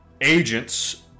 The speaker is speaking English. agents